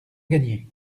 gagné